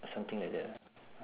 something like that lah